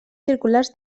circulars